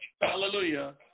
Hallelujah